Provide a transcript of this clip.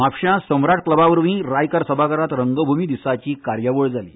म्हापश्यां सम्राट क्लबा वरवीं रायकार सभाघरांत रंगभूंय दिसाची कार्यावळ जाली